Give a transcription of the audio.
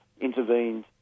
intervened